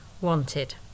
wanted